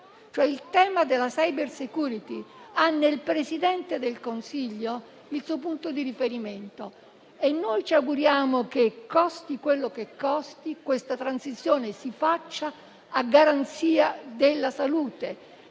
Il tema della *cybersecurity* ha nel Presidente del Consiglio il suo punto di riferimento e noi ci auguriamo che - costi quello che costi - la transizione si faccia a garanzia della salute,